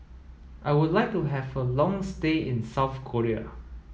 I would like to have a long stay in South Korea